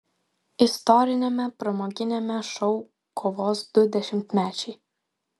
istoriniame pramoginiame šou kovos du dešimtmečiai